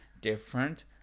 different